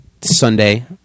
Sunday